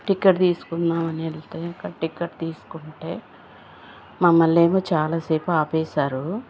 ticket తీస్కుందామని వెళ్తే అక్కడ టికెట్ తీస్కుంటే మమ్మల్నేమో చాలాసేపు ఆపేశారు